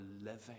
living